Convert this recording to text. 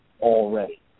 already